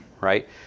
right